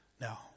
Now